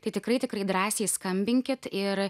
tai tikrai tikrai drąsiai skambinkit ir